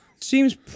Seems